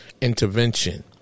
intervention